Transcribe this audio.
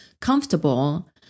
comfortable